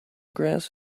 grass